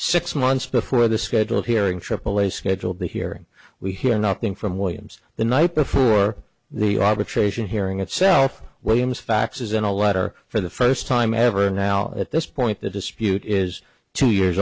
six months before the scheduled hearing aaa scheduled the hearing we hear nothing from williams the night before the arbitration hearing itself williams faxes in a letter for the first time ever and now at this point the dispute is two years